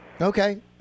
Okay